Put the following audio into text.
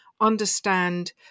understand